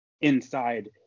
inside